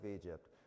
Egypt